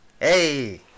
Hey